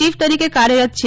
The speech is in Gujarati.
ચીફ તરીકે કાર્યરત છે